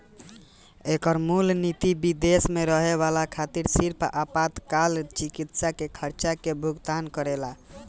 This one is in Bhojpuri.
एकर मूल निति विदेश में रहे वाला खातिर सिर्फ आपातकाल चिकित्सा के खर्चा के भुगतान करेला